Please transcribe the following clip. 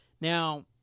Now